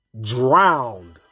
drowned